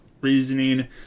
reasoning